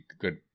good